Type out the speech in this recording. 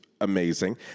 amazing